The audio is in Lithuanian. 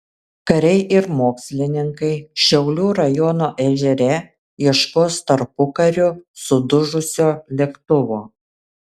kariai ir mokslininkai šiaulių rajono ežere ieškos tarpukariu sudužusio lėktuvo